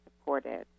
supported